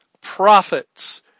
prophets